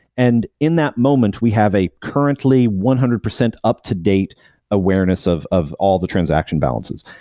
and in that moment, we have a currently one hundred percent up-to date awareness of of all the transaction balances.